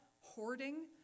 hoarding